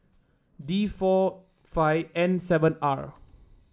D four five N seven R